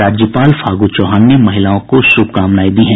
राज्यपाल फागू चौहान ने महिलाओं को शुभकामनाएं दी हैं